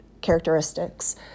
characteristics